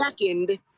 Second